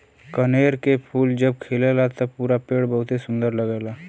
कनेर के फूल जब खिलला त पूरा पेड़ बहुते सुंदर लगला